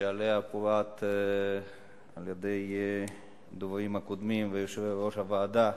שעליה פירטו הדוברים הקודמים ויושב-ראש הוועדה.